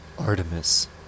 Artemis